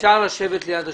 אפשר לשבת ליד השולחן.